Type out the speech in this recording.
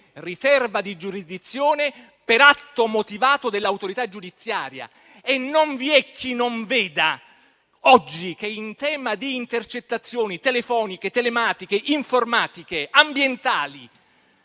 (riserva di giurisdizione), per atto motivato dell'autorità giudiziaria. Non vi è chi non veda oggi che in tema di intercettazioni telefoniche, telematiche e informatiche, ambientali,